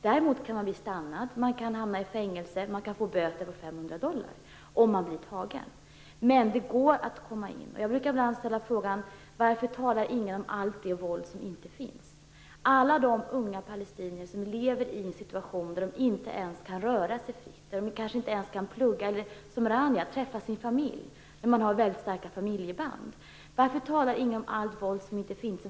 Däremot kan man bli stoppad, hamna i fängelse och få böter på 500 dollar om man blir tagen. Men det går att komma in. Jag brukar ibland ställa frågan: Varför talar ingen om allt det våld som inte finns, om alla de unga palestinier som lever i en situation där de inte ens kan röra sig fritt, kanske inte ens plugga eller träffa sin familj - som Rania, som har starka familjeband? Varför talar ingen om allt våld som inte finns?